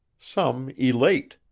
some elate.